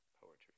Poetry